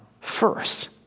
first